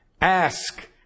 ask